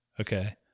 Okay